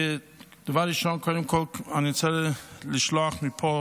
דבר ראשון, קודם כול, אני רוצה לשלוח מפה